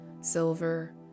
silver